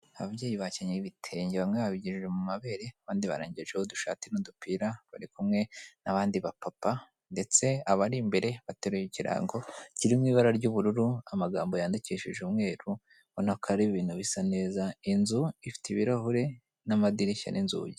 Ababyeyi bakenyeye ibitenge bamwe babigejeje mu mabere, abandi barengejeho udushati n'udupira, bari kumwe n'abandi bapapa, ndetse abari imbere bateruye ikirango kiri m'ibara ry'ubururu, amagambo yandikishije umweru, ubona ko ari ibintu bisa neza, inzu ifite ibirahure, n'amadirishya n'inzugi.